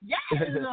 Yes